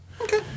Okay